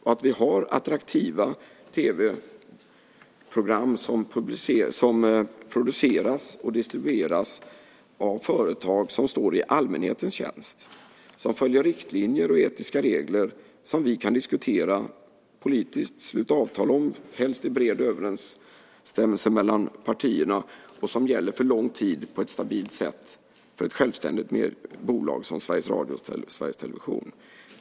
Vi ska ha attraktiva tv-program som produceras och distribueras av företag som står i allmänhetens tjänst, som följer riktlinjer och etiska regler som vi kan diskutera politiskt, sluta avtal om, helst i bred överensstämmelse mellan partierna, och som gäller för lång tid på ett stabilt sätt för ett självständigt bolag som Sveriges Radio och Sveriges Television.